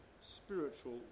spiritual